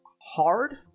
hard